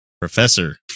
professor